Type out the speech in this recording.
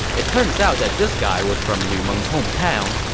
it turns out that this guy was from lu meng's hometown,